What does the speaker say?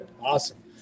Awesome